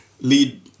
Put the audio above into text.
lead